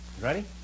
Ready